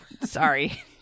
sorry